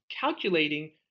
calculating